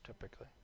typically